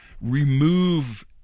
remove